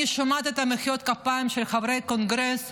אני שומעת את מחיאות הכפיים של חברי הקונגרס,